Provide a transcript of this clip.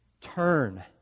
turn